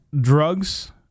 drugs